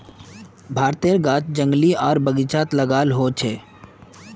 भारतेर गाछ जंगली आर बगिचात लगाल होचे